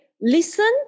Listen